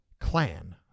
clan